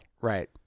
Right